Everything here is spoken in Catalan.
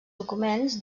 documents